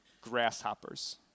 grasshoppers